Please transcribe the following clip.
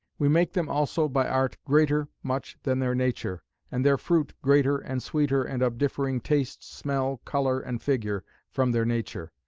we make them also by art greater much than their nature and their fruit greater and sweeter and of differing taste, smell, colour, and figure, from their nature.